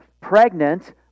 pregnant